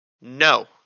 no